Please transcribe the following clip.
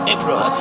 April